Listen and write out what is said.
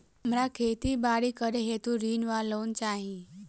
हमरा खेती बाड़ी करै हेतु ऋण वा लोन चाहि?